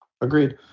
Agreed